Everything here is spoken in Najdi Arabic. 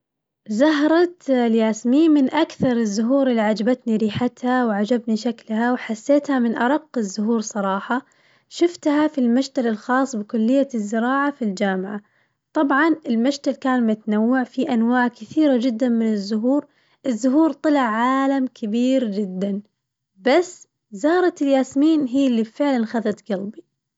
زهرة الياسمين من أكثر الزهور اللي عجبتني ريحتها وعجبني شكلها وحسيتها من أرق الزهور صراحة، شفتها في المشتل الخاص بكلية الزراعة في الجامعة، طبعاً المشتل كان متنوع فيه أنواع كثيرة جداً من الزهور، الزهور طلعت عالم كبير جداً بس زهرة الياسمين هي اللي فعلاً خذت قلبي.